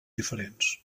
diferents